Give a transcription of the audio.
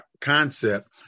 concept